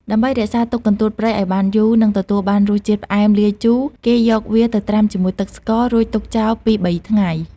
ដើម្បីរក្សាទុកកន្ទួតព្រៃឱ្យបានយូរ និងទទួលបានរសជាតិផ្អែមលាយជូរ គេយកវាទៅត្រាំជាមួយទឹកស្ករ រួចទុកចោលពីរបីថ្ងៃ។